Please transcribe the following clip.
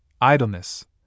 idleness